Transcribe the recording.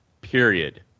period